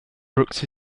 brooks